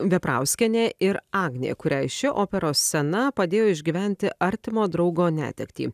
veprauskienė ir agnė kuriai ši operos scena padėjo išgyventi artimo draugo netektį